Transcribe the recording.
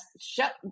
shut